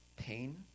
pain